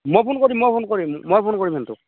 মই ফোন কৰিম মই ফোন কৰিম মই ফোন কৰিম সিহঁতক